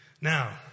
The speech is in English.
Now